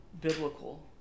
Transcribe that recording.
biblical